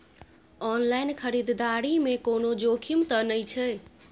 Online खरीददारी में कोनो जोखिम त नय छै?